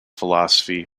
philosophy